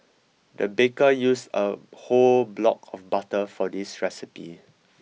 the baker used a whole block of butter for this recipe